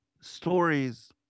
stories